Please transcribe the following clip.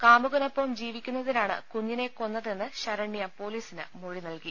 കാമുകനൊപ്പം ജീവിക്കുന്നതിനാണ് കു ഞ്ഞിനെ കൊന്നതെന്ന് ശരണ്യ പൊലീസിന് മൊഴി നൽകി